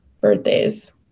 birthdays